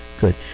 good